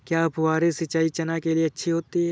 क्या फुहारी सिंचाई चना के लिए अच्छी होती है?